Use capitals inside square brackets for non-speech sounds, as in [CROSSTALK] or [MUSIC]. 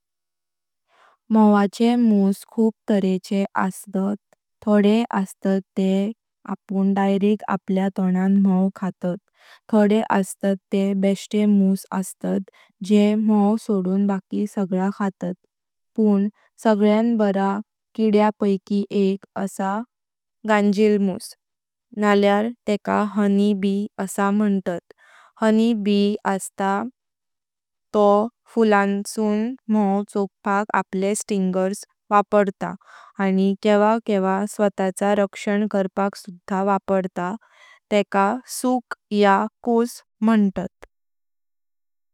म्हवाचे मुस खूप तरेचे अस्तात थोडे अस्तात ते अपुन डायरेक्ट आपल्याक तोणान म्हव खात। थोडे अस्तात ते बेष्टे मुस अस्तात जे म्हव सोडून बाकी सगळा खातात। पण सगळ्यान बरा किड्या पैली एक असा गंजील मुस नाळ्यार हनी बी मंतात। हनी बी अस्तात [HESITATION] न्हू ते फुलांसून म्हव चोखपाक आपले स्टिंगर्स वापरतात आणि केवा केवा स्वताचा रक्षण करपाक सुधा वापरतात तेका सुख या कुस मंतात।